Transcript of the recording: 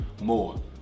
more